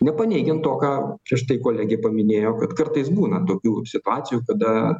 nepaneigiant to ką prieš tai kolegė paminėjo kad kartais būna tokių situacijų kada